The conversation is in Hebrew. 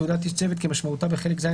״תעודת איש צוות״ - כמשמעותה בחלק ז'